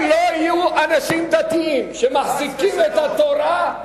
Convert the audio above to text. אם לא יהיו אנשים דתיים שמחזיקים את התורה,